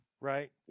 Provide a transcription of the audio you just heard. Right